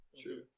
True